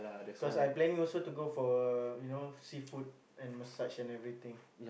cause I planning also to go for you know seafood and massage and everything